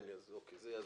בוא נראה.